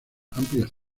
amplias